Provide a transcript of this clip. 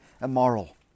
immoral